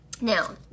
Now